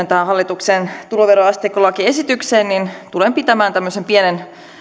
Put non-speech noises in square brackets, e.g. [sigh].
[unintelligible] tähän hallituksen tuloveroasteikkolakiesitykseen tulen pitämään tämmöisen pienen